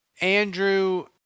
Andrew